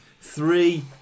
three